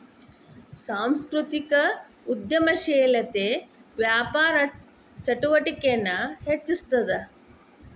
ಸಾಂಸ್ಕೃತಿಕ ಉದ್ಯಮಶೇಲತೆ ವ್ಯಾಪಾರ ಚಟುವಟಿಕೆನ ಹೆಚ್ಚಿಸ್ತದ